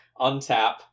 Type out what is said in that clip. untap